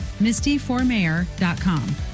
mistyformayor.com